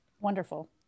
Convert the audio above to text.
Wonderful